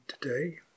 today